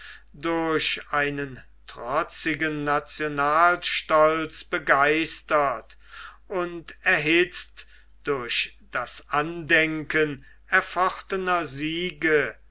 durch einen trotzigen nationalstolz begeistert und erhitzt durch das andenken erfochtener siege